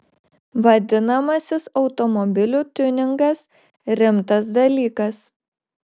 vadinamasis automobilių tiuningas rimtas dalykas